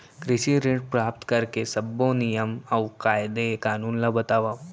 कृषि ऋण प्राप्त करेके सब्बो नियम अऊ कायदे कानून ला बतावव?